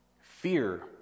Fear